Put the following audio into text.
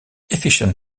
efficient